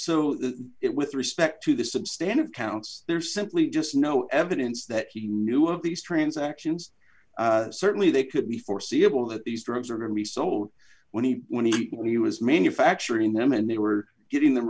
it with respect to the substandard counts they're simply just no evidence that he knew of these transactions certainly they could be foreseeable that these drugs are going to be sold when he when he was manufacturing them and they were getting them